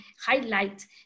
highlight